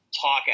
talk